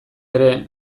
ere